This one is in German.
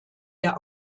der